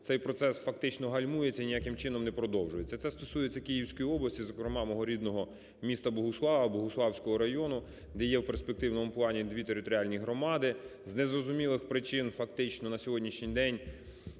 цей процес фактично гальмується і ніяким чином не продовжується. Це стосується Київської області, зокрема мого рідного міста Богуслав Богуславського району, де є в перспективному плані дві територіальні громади. З незрозумілих причин фактично на сьогоднішній день